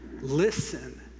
Listen